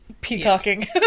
peacocking